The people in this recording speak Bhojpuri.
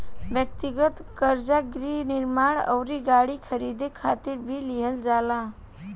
ब्यक्तिगत कर्जा गृह निर्माण अउरी गाड़ी खरीदे खातिर भी लिहल जाला